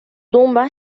tumba